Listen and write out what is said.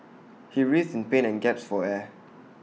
he writhed in pain and gasped for air